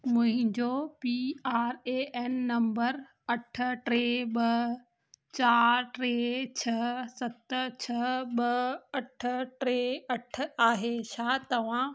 मुंहिंजो P R A N number अठ टे ॿ चारि टे छह सत छह ॿ अठ टे अठ आहे छा तव्हां